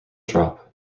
drop